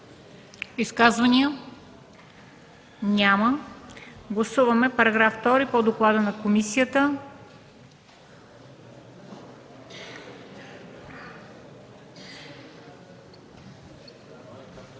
Изказвания? Няма. Гласуваме § 4 по доклада на комисията.